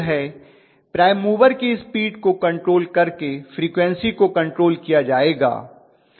prime mover की speed को control करके फ्रीक्वन्सी को कंट्रोल किया जाएगा